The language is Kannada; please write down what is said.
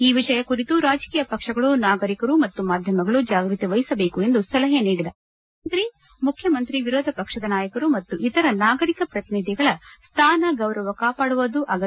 ಈ ವಿಷಯ ಕುರಿತು ರಾಜಕೀಯ ಪಕ್ಷಗಳು ನಾಗರಿಕರು ಮತ್ತು ಮಾಧ್ಯಮಗಳು ಜಾಗೃತಿ ವಹಿಸಬೇಕು ಎಂದು ಸಲಹೆ ನೀಡಿದ ಅವರು ಪ್ರಧಾನಮಂತ್ರಿ ಮುಖ್ಯಮಂತ್ರಿ ವಿರೋಧ ಪಕ್ಷದ ನಾಯಕ ಮತ್ತು ಇತರ ನಾಗರಿಕ ಪ್ರತಿನಿಧಿಗಳ ಸ್ಥಾನ ಗೌರವ ಕಾಪಾಡುವುದು ಅಗತ್ಯ ಎಂದು ತಿಳಿಸಿದರು